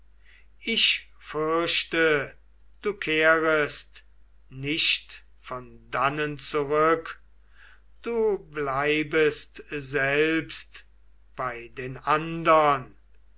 ich fürchte du kehrest nicht von dannen zurück du bleibest selbst bei den andern